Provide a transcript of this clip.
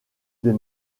des